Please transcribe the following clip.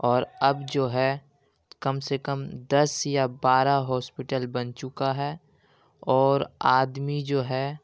اور اب جو ہے کم سے کم دس یا بارہ ہاسپیٹل بن چکا ہے اور آدمی جو ہے